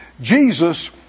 Jesus